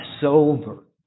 sober